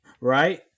right